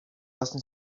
listen